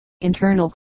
internal